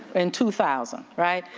in two thousand, right?